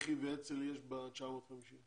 לח"י ואצ"ל יש ב-950?